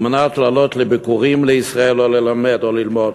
על מנת לעלות לביקורים בישראל, או ללמד או ללמוד.